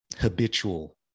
Habitual